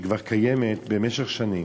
שקיימת כבר שנים.